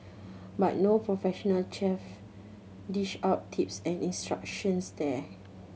but no professional chef dish out tips and instructions there